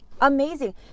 Amazing